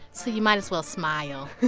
so you might as well smile